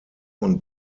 und